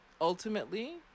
ultimately